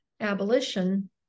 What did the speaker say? abolition